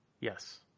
Yes